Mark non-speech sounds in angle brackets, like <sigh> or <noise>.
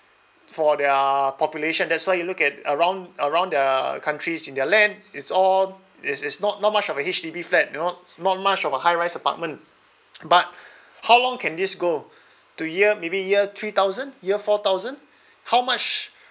for their population that's why you look at around around the countries in their land it's all it's it's not not much of a H_D_B flat you know not much of a high rise apartment <noise> but how long can this go to a year maybe year three thousand year four thousand how much